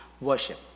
worship